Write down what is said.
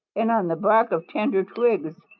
and on the bark of tender twigs.